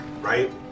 right